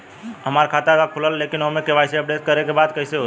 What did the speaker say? हमार खाता ता खुलल बा लेकिन ओमे के.वाइ.सी अपडेट करे के बा कइसे होई?